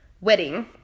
wedding